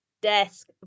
desk